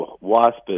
Wasp